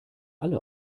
alle